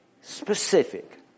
specific